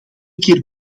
keer